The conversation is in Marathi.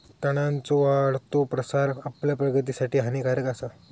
तणांचो वाढतो प्रसार आपल्या प्रगतीसाठी हानिकारक आसा